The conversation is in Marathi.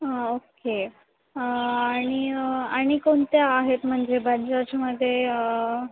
हां ओके आणि आणि कोणत्या आहेत म्हणजे बजाजमध्ये